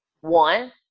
one